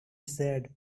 said